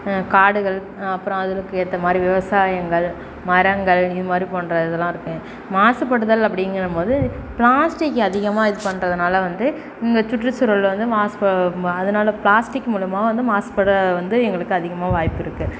காடுகள் அப்புறம் அதுகளுக்கு ஏற்ற மாதிரி விவசாயங்கள் மரங்கள் இதுமாதிரி போன்ற இதெல்லாம் இருக்கும் மாசுபடுதல் அப்படிங்கிறம் போது பிளாஸ்டிக் அதிகமாக இது பண்ணுறதுனால வந்து இந்த சுற்றுச்சூழல் வந்து மாசு ப அதனால் பிளாஸ்டிக் மூலயமா வந்து மாசுபட வந்து எங்களுக்கு அதிகமாக வாய்ப்பு இருக்குது